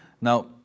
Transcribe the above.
now